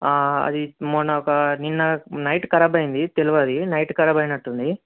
అది మొన్న ఒక నిన్న నైట్ ఖరాబ్ అయ్యింది తెలవది నైట్ ఖరాబ్ అయినట్టుంది